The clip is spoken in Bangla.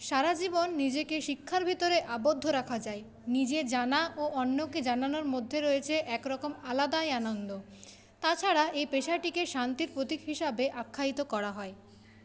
সারাজীবন নিজেকে শিক্ষার ভিতরে আবদ্ধ রাখা যায় নিজের জানা ও অন্যকে জানানোর মধ্যে রয়েছে একরকম আলাদাই আনন্দ তাছাড়া এই পেশাটিকে শান্তির প্রতীক হিসাবে আখ্যায়িত করা হয়